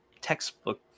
textbook